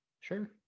Sure